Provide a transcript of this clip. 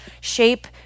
shape